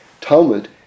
Talmud